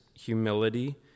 humility